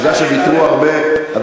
בגלל שוויתרו הרבה, אז